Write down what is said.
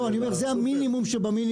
אני אומר, זה המינימום שבמינימום.